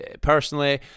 personally